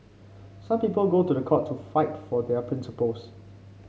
some people go to the court to fight for their principles